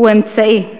הוא אמצעי.